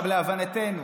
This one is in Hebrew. להבנתנו